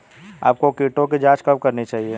आपको कीटों की जांच कब करनी चाहिए?